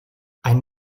ein